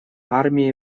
армии